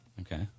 Okay